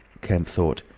kemp thought.